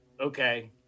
Okay